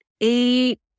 eight